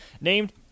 named